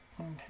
Okay